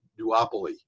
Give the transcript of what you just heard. duopoly